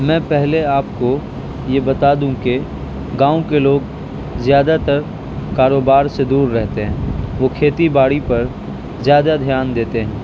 میں پہلے آپ کو یہ بتا دوں کہ گاؤں کے لوگ زیادہ تر کاروبار سے دور رہتے ہیں وہ کھیتی باڑی پر زیادہ دھیان دیتے ہیں